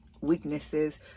weaknesses